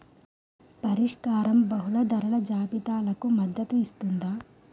పరిష్కారం బహుళ ధరల జాబితాలకు మద్దతు ఇస్తుందా?